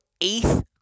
eighth